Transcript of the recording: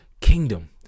kingdom